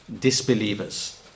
disbelievers